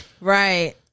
Right